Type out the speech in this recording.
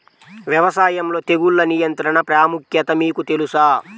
వ్యవసాయంలో తెగుళ్ల నియంత్రణ ప్రాముఖ్యత మీకు తెలుసా?